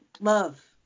love